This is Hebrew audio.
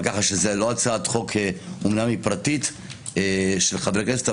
אומנם זו הצעת חוק פרטית של חבר כנסת,